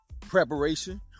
preparation